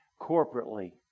corporately